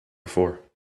before